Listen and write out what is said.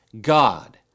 God